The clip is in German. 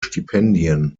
stipendien